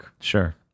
Sure